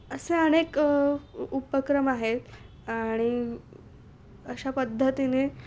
असे अनेक उपक्रम आहेत आणि अशा पद्धतीने